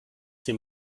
sie